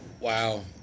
Wow